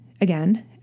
again